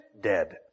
dead